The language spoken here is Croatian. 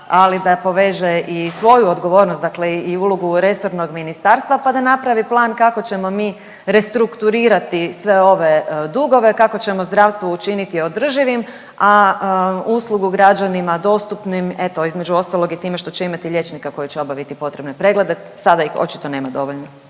ali da poveže i svoju odgovornost, dakle i ulogu resornog ministarstva pa da napravi plan kako ćemo mi restrukturirati sve ove dugove, kako ćemo zdravstvo učiniti održivim, a uslugu građanima dostupnim, eto, između ostalog i time što će imati liječnika koji će obaviti potrebne preglede, sada ih očito nema dovoljno.